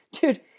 Dude